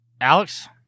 Alex